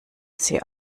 sie